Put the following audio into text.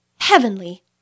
Heavenly